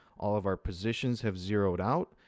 all of our positions have zeroed out,